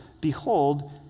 behold